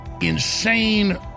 insane